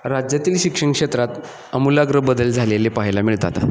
राज्यातील शिक्षण क्षेत्रात अमूलाग्र बदल झालेले पाहायला मिळतात